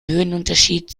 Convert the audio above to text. höhenunterschied